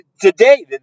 today